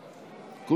בבקשה.